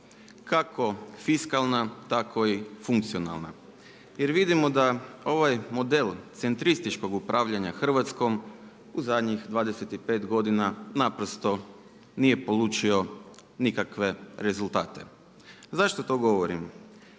kako fiskalna tako i funkcionalna. Jer vidimo da ovaj model centrističkog upravljanja Hrvatskom u zadnjih 25 godina naprosto nije polučio nikakve rezultate. Zašto to govorim